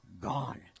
Gone